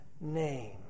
name